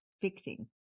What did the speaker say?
fixing